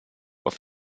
auf